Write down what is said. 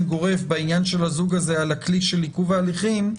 גורף בעניין של הזוג הזה על הכלי של עיכוב ההליכים,